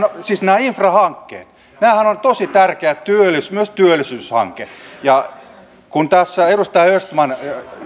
siis nämä infrahankkeethan ovat tosi tärkeät myös työlli syyshanke ja kun tässä edustaja östman